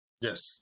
yes